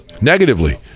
Negatively